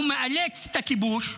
הוא מאלץ את הכיבוש,